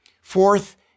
Fourth